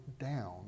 down